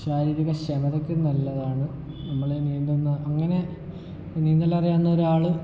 ശാരീരിക ക്ഷമതക്കും നല്ലതാണ് നമ്മൾ ഈ നീന്തുന്ന അങ്ങനെ നീന്തൽ അറിയാവുന്ന ഒരാൾ